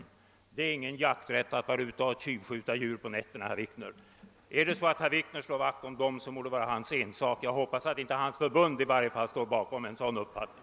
Det är ingen jakträtt att vara ute och tjuvskjuta djur på nätterna. Om herr Wikner slår vakt om detta må det vara hans ensak; jag hoppas bara att inte hans förbund står bakom en sådan uppfattning.